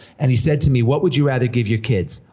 and he said to me, what would you rather give your kids?